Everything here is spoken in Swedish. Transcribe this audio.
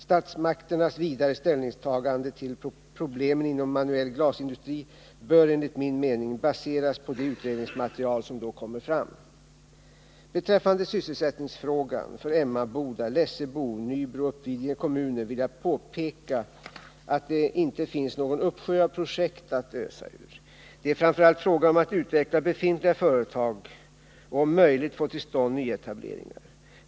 Statsmakternas vidare ställningstagande till problemen inom manuell glasindustri bör enligt min mening baseras på det utredningsmaterial som då kommer fram. Beträffande sysselsättningsfrågan för Emmaboda, Lessebo, Nybro och Uppvidinge kommuner vill jag påpeka att det inte finns någon uppsjö av projekt att ösa ur. Det är framför allt fråga om att utveckla befintliga företag och om möjligt få till stånd nyetableringar.